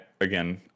Again